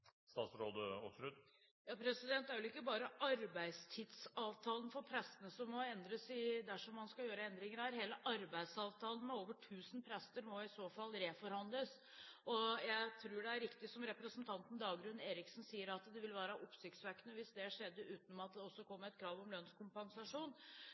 Det er vel ikke bare arbeidstidsavtalen for prestene som må endres dersom en skal gjøre endringer her – hele arbeidsavtalen med over tusen prester må i så fall reforhandles. Jeg tror det er riktig, som representanten Dagrun Eriksen sier, at det vil være oppsiktsvekkende hvis dette skjedde uten at det også